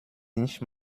nicht